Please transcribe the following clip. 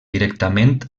directament